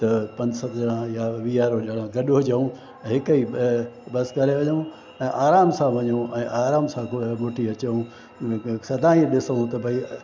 त पंज सत ॼणा या वीह हुजूं गॾु हुजूं हिकु ई बसि करे वञूं ऐं आराम सां वञू ऐं आराम सां मोटी अचूं सदा ही ॾिसूं त भई